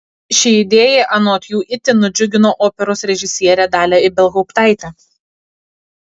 ši idėja anot jų itin nudžiugino operos režisierę dalią ibelhauptaitę